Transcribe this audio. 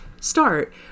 start